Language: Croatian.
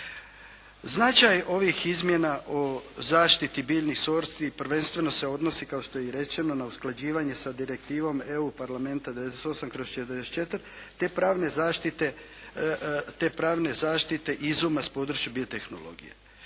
Značaj ovih izmjena o zaštiti biljnih sorti prvenstveno se odnosi kao što je i rečeno na usklađivanje sa Direktivom EU parlamenta 98/44 te pravne zaštite izuma s područja biotehnologije.